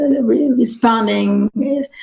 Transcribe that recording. responding